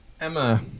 Emma